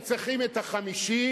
הם צריכים את החמישי,